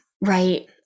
Right